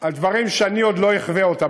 על דברים שאני לא אחווה אותם.